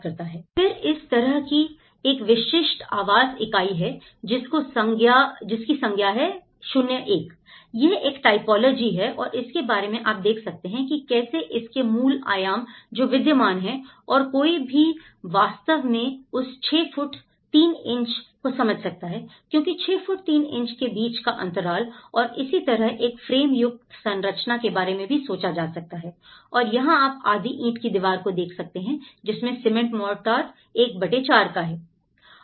फिर इस तरह की एक विशिष्ट आवास इकाई है जिसकी संख्या है 01 यह एक टाइपोलॉजी है और इसके बारे में आप देख सकते हैं की कैसे इसके मूल आयाम जो विद्यमान है और कोई भी वास्तव में उस 6 फुट 3 इंच को समझ सकता है क्योंकि 6 फुट 3 इंच के बीच का अंतराल और इसी तरह एक फ्रेम युक्त संरचना के बारे में भी सोचा जा सकता है और यहां आप आधी ईट की दीवार को देख सकते हैं जिसमें सीमेंट मोर्टार 14 है